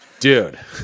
Dude